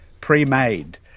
pre-made